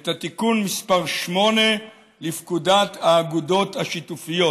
את תיקון מס' 8 לפקודת האגודות השיתופיות.